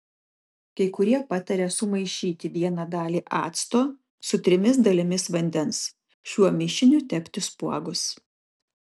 kai kurie pataria sumaišyti vieną dalį acto su trimis dalimis vandens šiuo mišiniu tepti spuogus